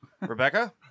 Rebecca